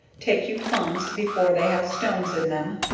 take you plumbs before they have stones in them,